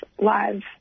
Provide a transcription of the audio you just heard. live